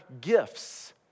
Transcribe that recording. gifts